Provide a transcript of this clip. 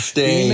Stay